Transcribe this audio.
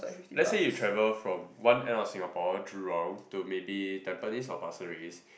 let's say you travel from one end of Singapore Jurong to maybe Tampines or Pasir Ris